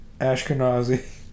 Ashkenazi